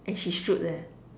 and she shoot leh